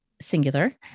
singular